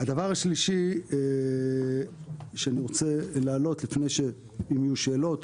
הדבר השלישי אני רוצה להעלות לפני שיהיו שאלות,